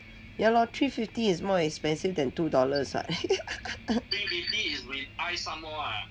ya lor three fifty is more expensive than two dollars [what]